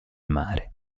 mare